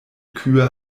kühe